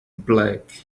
black